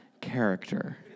character